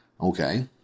Okay